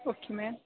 okay ma'am